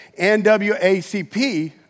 NWACP